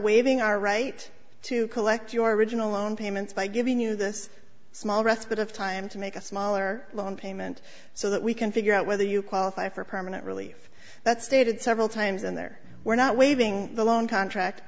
waiving our right to collect your original loan payments by giving you this small respite of time to make a smaller loan payment so that we can figure out whether you qualify for permanent relief that stated several times and there were not waiving the long contract